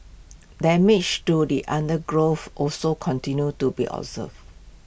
damage to the undergrowth also continues to be observed